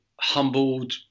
humbled